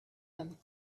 him